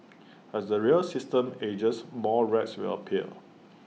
as the rail system ages more rats will appear